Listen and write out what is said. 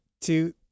two